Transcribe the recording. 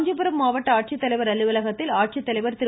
காஞ்சிபுரம் மாவட்ட ஆட்சித்தலைவர் அலுவலகத்தில் ஆட்சித்தலைவர் திரு